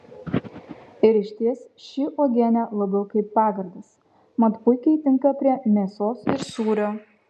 ir išties ši uogienė labiau kaip pagardas mat puikiai tinka prie mėsos ir sūrio